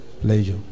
Pleasure